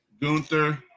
Gunther